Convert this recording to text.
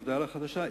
מפד"ל החדשה,